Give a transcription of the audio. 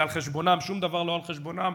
על חשבונם,